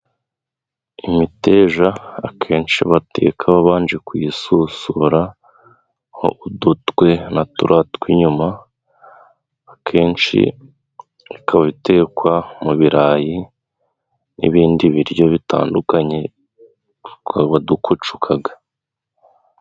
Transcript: Imiteja akenshi bateka babanje kuyisusuraho udutwe naturiya tw'inyuma ,akenshi ikaba itekwa mu birarayi n'ibindi biryo bitandukanye twabadukucuka.